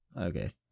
okay